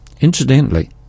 Incidentally